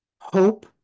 hope